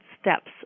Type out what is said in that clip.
steps